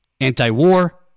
anti-war